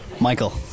Michael